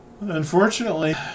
Unfortunately